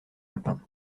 alpins